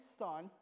son